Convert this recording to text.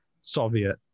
Soviet